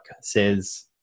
says